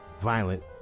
violent